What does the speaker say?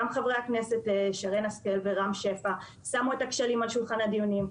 גם חברי הכנסת שרן השכל ורם שפע שמו את הכשלים על שולחן הדיונים,